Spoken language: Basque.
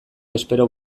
espero